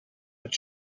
but